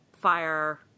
fire